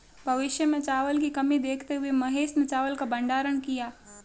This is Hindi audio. भविष्य में चावल की कमी देखते हुए महेश ने चावल का भंडारण किया